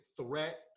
threat